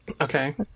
Okay